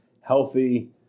healthy